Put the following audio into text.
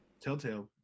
telltale